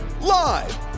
Live